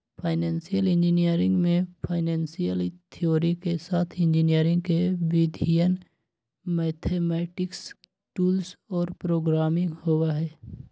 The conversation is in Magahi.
फाइनेंशियल इंजीनियरिंग में फाइनेंशियल थ्योरी के साथ इंजीनियरिंग के विधियन, मैथेमैटिक्स टूल्स और प्रोग्रामिंग होबा हई